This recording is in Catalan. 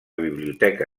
biblioteca